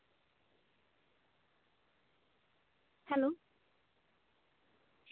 hello